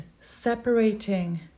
separating